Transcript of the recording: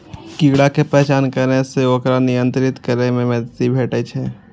कीड़ा के पहचान करै सं ओकरा नियंत्रित करै मे मदति भेटै छै